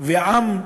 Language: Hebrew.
והעם,